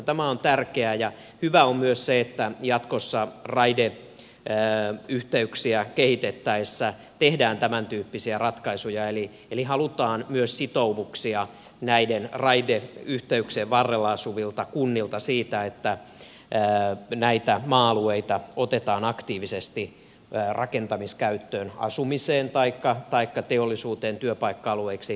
tämä on tärkeää ja hyvää on myös se että jatkossa raideyhteyksiä kehitettäessä tehdään tämäntyyppisiä ratkaisuja eli halutaan myös sitoumuksia näiden raideyhteyksien varrella olevilta kunnilta siitä että näitä maa alueita otetaan aktiivisesti rakentamiskäyttöön asumiseen taikka teollisuuteen työpaikka alueiksi tai muuhun